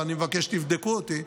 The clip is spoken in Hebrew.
ואני מבקש שתבדקו אותי,